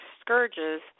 scourges